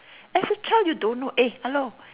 as a child you don't know eh hello